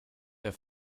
der